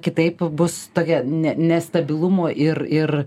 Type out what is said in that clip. kitaip bus tokia ne nestabilumo ir ir